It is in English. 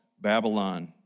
Babylon